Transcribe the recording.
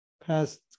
past